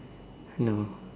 no